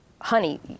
honey